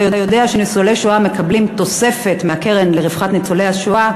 אתה יודע שניצולי שואה מקבלים מהקרן לרווחת ניצולי השואה